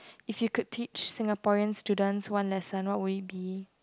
if you could teach Singaporean students one lesson what will it be